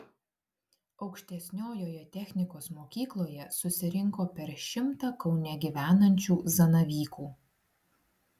aukštesniojoje technikos mokykloje susirinko per šimtą kaune gyvenančių zanavykų